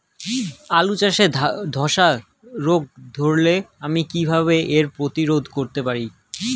আলু চাষে ধসা রোগ ধরলে আমি কীভাবে এর প্রতিরোধ করতে পারি?